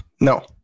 No